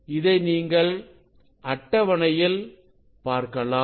இதை நீங்கள் அட்டவணையில் பார்க்கலாம்